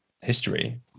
history